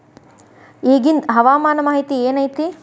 ಇಗಿಂದ್ ಹವಾಮಾನ ಮಾಹಿತಿ ಏನು ಐತಿ?